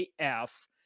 AF